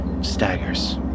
staggers